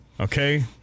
Okay